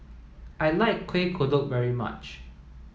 I like Kuih Kodok very much